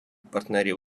партнерів